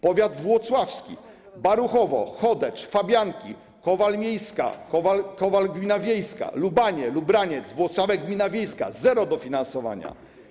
Powiat włocławski: Baruchowo, Chodecz, Fabianki, Kowal miejska, Kowal gmina wiejska, Lubanie, Lubraniec, Włocławek gmina wiejska - zero dofinansowania.